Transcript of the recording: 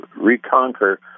reconquer